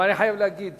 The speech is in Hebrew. אבל אני חייב להגיד